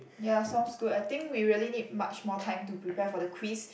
ya sounds good I think we really need much more time to prepare for the quiz